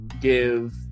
give